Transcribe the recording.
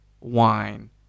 wine